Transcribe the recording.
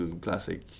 classic